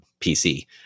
PC